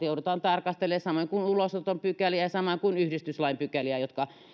joudutaan tarkastelemaan samoin kuin ulosoton pykäliä samoin kuin yhdistyslain pykäliä jotka